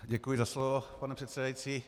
Děkuji za slovo, pane předsedající.